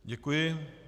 Děkuji.